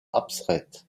abstraite